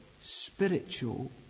spiritual